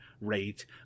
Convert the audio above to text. rate